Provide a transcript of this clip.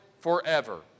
forever